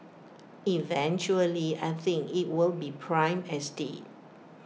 eventually I think IT will be prime estate